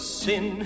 sin